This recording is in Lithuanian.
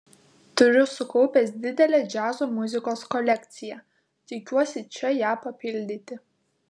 turiu sukaupęs didelę džiazo muzikos kolekciją tikiuosi čia ją papildyti